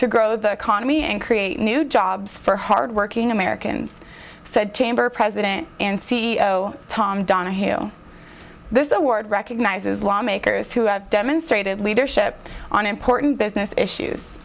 to grow the economy and create new jobs for hardworking americans said chamber president and c e o tom donahue this award recognizes lawmakers who have demonstrated leadership on important business issues